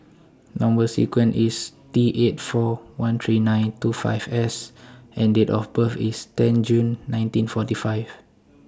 Number sequence IS T eight four one three nine two five S and Date of birth IS ten June nineteen forty five